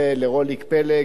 ולישראל פלד,